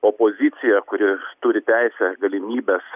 opozicija kuri turi teisę galimybes